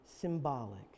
symbolic